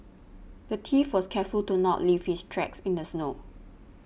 the thief was careful to not leave his tracks in the snow